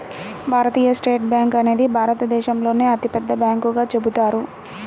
భారతీయ state bank అనేది భారతదేశంలోనే అతిపెద్ద బ్యాంకుగా చెబుతారు